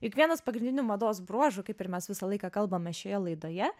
juk vienas pagrindinių mados bruožų kaip ir mes visą laiką kalbame šioje laidoje